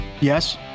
Yes